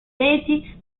reti